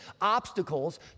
obstacles